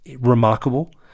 remarkable